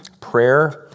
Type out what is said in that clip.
prayer